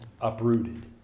uprooted